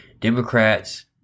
Democrats